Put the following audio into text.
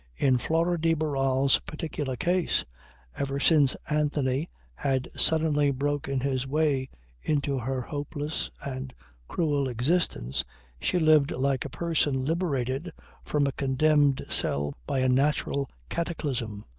in flora de barral's particular case ever since anthony had suddenly broken his way into her hopeless and cruel existence she lived like a person liberated from a condemned cell by a natural cataclysm,